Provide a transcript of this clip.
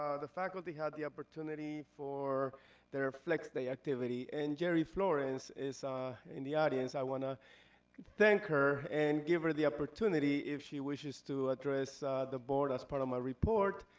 ah the faculty had the opportunity for their flex day activity, and geri florence is in the audience, i wanna thank her, and give her the opportunity if she wishes to address the board as part of my report.